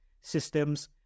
systems